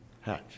Hatch